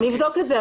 אני אבדוק את זה,